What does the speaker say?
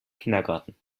kindergarten